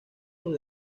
los